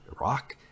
Iraq